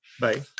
Bye